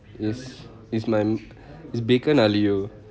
is is mum is bacon aglio